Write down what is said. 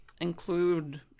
include